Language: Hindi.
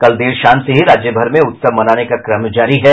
कल देर शाम से ही राज्यभर में उत्सव मनाने का क्रम जारी है